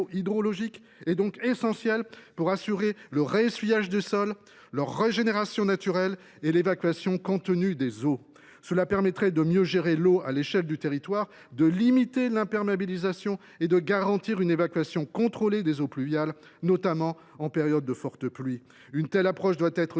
est donc essentielle pour assurer le ressuyage des sols, leur régénération naturelle et l’évacuation contrôlée des eaux pluviales. Cela permettrait de mieux gérer l’eau à l’échelle du territoire, de limiter l’imperméabilisation des sols et de garantir une évacuation contrôlée des eaux pluviales, notamment en période de fortes pluies. Une telle approche doit être